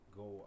go